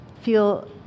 feel